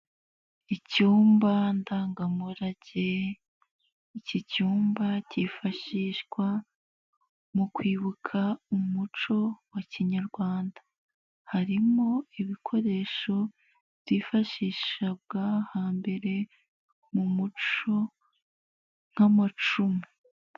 Icyumba ndangamurage, iki cyumba cyifashishwa mu kwibuka umuco wa kinyarwanda, harimo ibikoresho byifashishwaga hambere mu muco nk'amacumu.